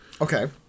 Okay